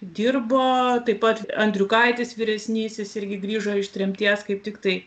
dirbo taip pat andriukaitis vyresnysis irgi grįžo iš tremties kaip tiktai